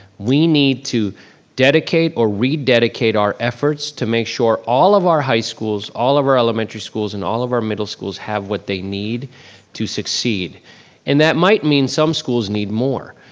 we need to dedicate or rededicate our efforts to make sure all of our high schools, all of our elementary schools and all of our middle schools have what they need to succeed and that might mean some schools need more.